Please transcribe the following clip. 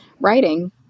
writing